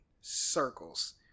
circles